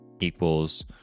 equals